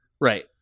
Right